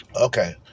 Okay